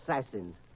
assassins